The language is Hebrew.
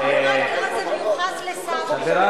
אדוני.